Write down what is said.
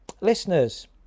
listeners